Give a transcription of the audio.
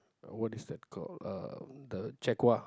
what is that called uh the Jaguar